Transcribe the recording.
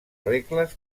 regles